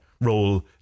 role